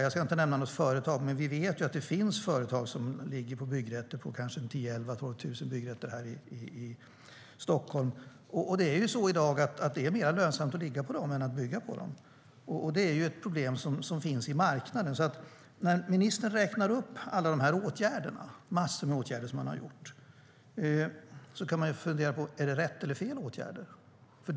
Jag ska inte nämna något företag, men vi vet att det finns företag som ligger på 10 000-12 000 byggrätter här i Stockholm. I dag är det mer lönsamt att ligga på dem än att bygga på dem. Det är ett problem som finns i marknaden. Ministern räknar upp en massa åtgärder som han har vidtagit. Då kan man fundera: Är det rätt eller fel åtgärder?